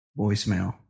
voicemail